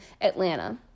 Atlanta